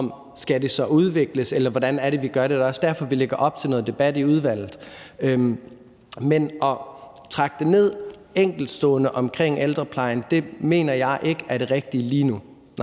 så skal udvikles, eller hvordan det er, vi gør det. Det er også derfor, vi lægger op til noget debat i udvalget. Men at trække det ned enkeltstående omkring ældreplejen mener jeg ikke er det rigtige lige nu